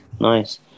nice